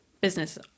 business